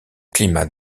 climat